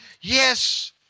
yes